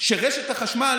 שרשת החשמל,